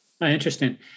Interesting